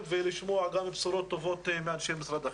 ולשמוע בשורות טובות מאנשי משרד החינוך.